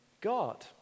God